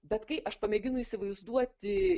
bet kai aš pamėginu įsivaizduoti